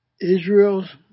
Israel's